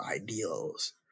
ideals